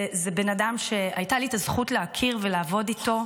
זה בן אדם שהייתה לי את הזכות להכיר ולעבוד איתו,